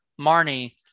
Marnie